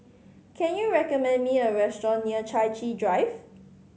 can you recommend me a restaurant near Chai Chee Drive